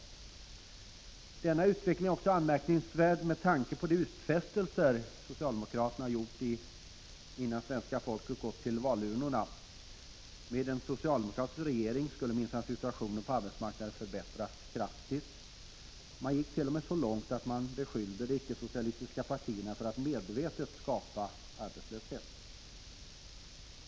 Denna utveckling är också anmärkningsvärd med tanke på de utfästelser som socialdemokraterna gjorde, innan svenska folket gick till valurnorna. Med en socialdemokratisk regering skulle minsann situationen på arbetsmarknaden förbättras kraftigt. Man gick t.o.m. så långt att man beskyllde de icke-socialistiska partierna för att medvetet skapa arbetslöshet.